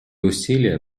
усилия